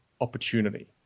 opportunity